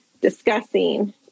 discussing